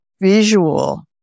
visual